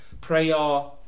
prayer